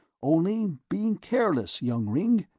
only being careless, young ringg.